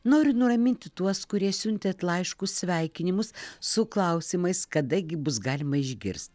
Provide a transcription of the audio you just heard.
noriu nuraminti tuos kurie siuntėt laiškus sveikinimus su klausimais kada gi bus galima išgirst